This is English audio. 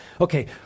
Okay